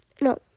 no